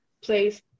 place